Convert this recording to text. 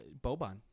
Boban